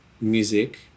music